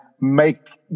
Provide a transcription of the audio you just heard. make